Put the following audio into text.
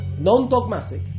non-dogmatic